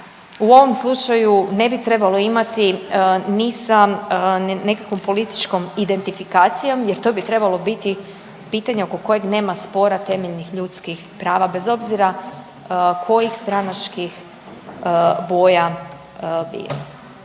u ovom slučaju ne bi trebalo imati ni sa nekakvom političkom identifikacijom jer to bi trebalo biti pitanje oko kojeg nema spora, temeljnih ljudskih prava bez obzira kojih stranačkih boja bila.